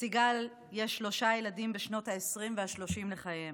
לסיגל יש שלושה ילדים בשנות העשרים והשלושים לחייהם.